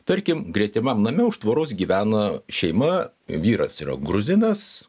tarkim gretimam name už tvoros gyvena šeima vyras yra gruzinas